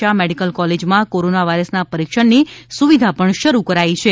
Shah medical કોલેજમાં corona વાયરસના પરિક્ષણની સુવિધા શરૂ કરાઇ છે